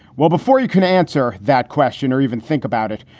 well, before you can answer that question or even think about it,